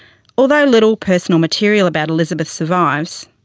although little personal material about elizabeth survives,